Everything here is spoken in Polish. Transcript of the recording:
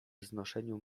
znoszeniu